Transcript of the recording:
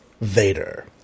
Vader